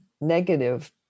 negative